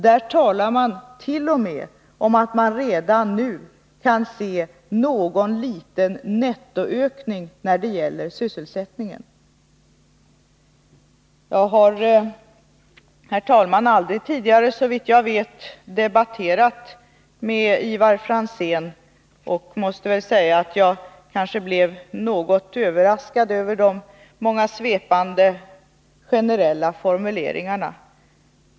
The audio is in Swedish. Där talar man t.o.m. om att man redan nu kan se någon liten nettoökning när det gäller sysselsättningen. Jag har, herr talman, såvitt jag vet aldrig tidigare debatterat med Ivar Franzén. Jag måste säga att jag blev något överraskad över de många svepande generella formuleringarna.